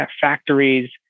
factories